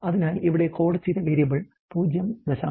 അതിനാൽ ഇവിടെ കോഡ് ചെയ്ത വേരിയബിൾ 0